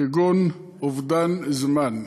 כגון אובדן זמן.